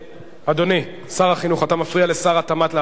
אדוני שר החינוך, אתה מפריע לשר התמ"ת להשיב.